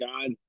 God